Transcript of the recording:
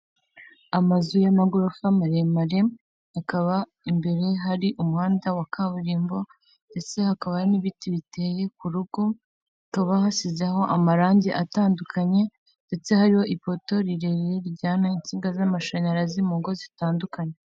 Amazu y'amagorofa maremare akaba imbere hari umuhanda wa kaburimbo ndetse hakaba n'ibiti biteye ku rugo, hakaba hasizeho amarangi atandukanye ndetse hariho ifoto rirerire rijyana insinga z'amashanyarazi mu ngo zitandukanye.